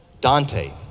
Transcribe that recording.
Dante